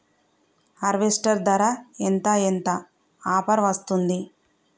Harvester ధర ఎంత ఎంత ఆఫర్ వస్తుంది?